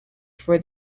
for